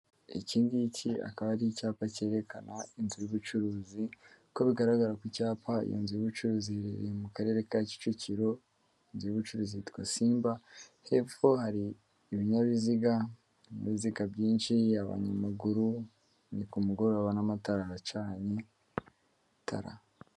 Iki ngiki akaba ari icyapa cyerekana inzu y'ubucuruzi, ko bigaragara ku cyapa iyi nzu y'ubucuruzi iherereye mu karere ka kicukiro. Inzu y'ubucuruzi yitwa simba. Hepfo hari ibinyabiziga, ibinyabiziga byinshi abanyamaguru ni ku mugoroba n'amatara aracanye.